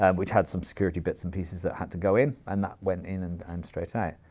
um which had some security bits and pieces that had to go in. and that went in and um straight out.